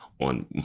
on